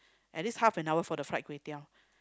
at least half an hour for the fried kway-teow